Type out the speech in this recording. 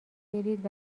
برید